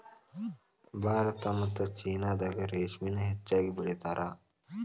ಭಾರತಾ ಮತ್ತ ಚೇನಾದಾಗ ರೇಶ್ಮಿನ ಹೆಚ್ಚಾಗಿ ಬೆಳಿತಾರ